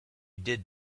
did